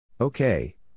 Okay